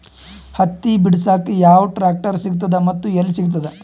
ಹತ್ತಿ ಬಿಡಸಕ್ ಯಾವ ಟ್ರಾಕ್ಟರ್ ಸಿಗತದ ಮತ್ತು ಎಲ್ಲಿ ಸಿಗತದ?